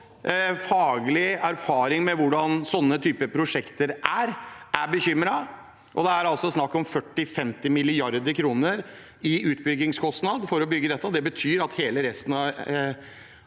faglig erfaring med hvordan sånne typer prosjekter er, er bekymret. Det er snakk om 40–50 mrd. kr i utbyggingskostnader for å bygge dette. Det betyr at resten av